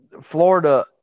Florida